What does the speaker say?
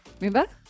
remember